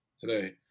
today